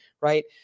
right